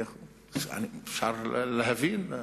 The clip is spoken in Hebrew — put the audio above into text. אפשר להבין,